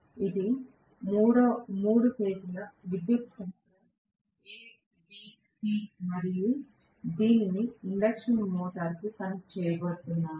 ఇవి మూడు ఫేజ్ ల విద్యుత్ సరఫరా A B C మరియు నేను దీనిని ఇండక్షన్ మోటారుకు కనెక్ట్ చేయబోతున్నాను